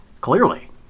Clearly